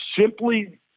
simply